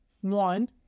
one